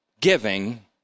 giving